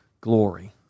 glory